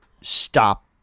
stop